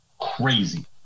Crazy